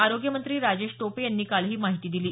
आरोग्य मंत्री राजेश टोपे यांनी काल ही माहिती दिली